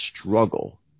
struggle